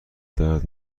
درد